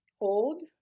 hold